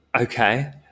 Okay